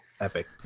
Epic